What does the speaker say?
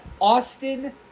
Austin